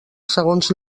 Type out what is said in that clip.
segons